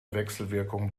wechselwirkung